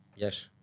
Yes